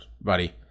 buddy